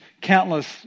countless